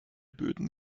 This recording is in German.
böden